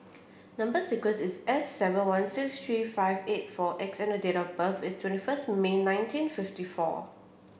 number sequence is S seven one six three five eight four X and date of birth is twenty first May nineteen fifty four